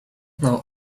know